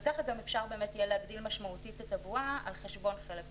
וכך גם אפשר באמת יהיה להגדיל משמעותית את הבועה על חשבון חלק מהמסך.